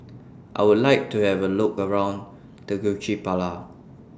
I Would like to Have A Look around Tegucigalpa